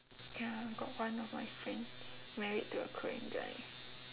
ya got one of my friend married to a korean guy